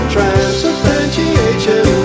Transubstantiation